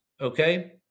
okay